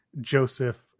Joseph